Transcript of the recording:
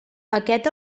aquest